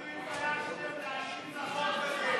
ההצעה להעביר לוועדה את הצעת חוק כהונתם של ראשי גופים ביטחוניים,